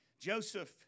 Joseph